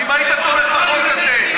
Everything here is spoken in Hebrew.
אם היית תומך בחוק הזה.